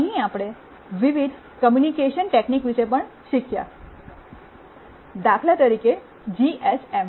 અહીં આપણે વિવિધ કૉમ્યુનિકેશન ટેકનિક વિશે પણ શીખ્યા દાખલા તરીકે જીએસએમ